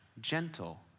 gentle